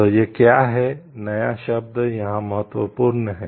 तो यह क्या है नया शब्द यहां महत्वपूर्ण है